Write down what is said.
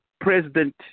President